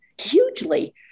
hugely